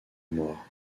moire